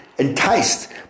enticed